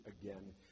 again